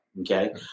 Okay